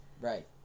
right